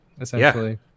essentially